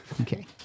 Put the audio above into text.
Okay